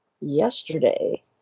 yesterday